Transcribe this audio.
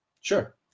Sure